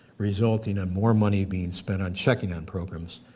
resulting in more money being spent on checking on programs,